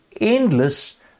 endless